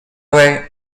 way